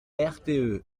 rte